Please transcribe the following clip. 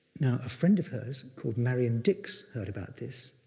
now, a friend of hers, called marion dix, heard about this.